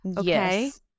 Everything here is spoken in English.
Yes